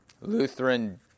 Lutheran